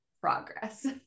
progress